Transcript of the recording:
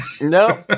No